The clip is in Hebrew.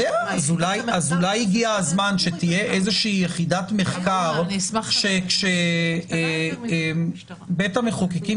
אולי הגיע הזמן שתהיה איזושהי יחידת מחקר בית המחוקקים